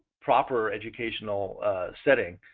proper educational setting.